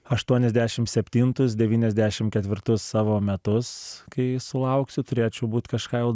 aštuoniasdešim septintus devyniasdešim ketvirtus savo metus kai sulauksiu turėčiau būt kažką jau